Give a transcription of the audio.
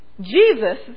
Jesus